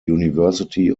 university